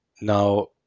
Now